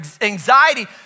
anxiety